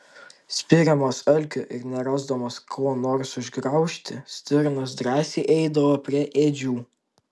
spiriamos alkio ir nerasdamos ko nors užgraužti stirnos drąsiai eidavo prie ėdžių